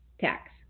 tax